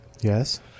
Yes